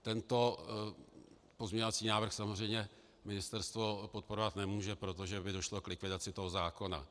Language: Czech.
Tento pozměňovací návrh samozřejmě ministerstvo podporovat nemůže, protože by došlo k likvidaci toho zákona.